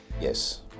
Yes